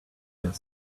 here